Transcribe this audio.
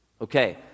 okay